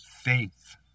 faith